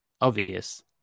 obvious